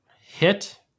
Hit